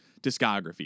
discography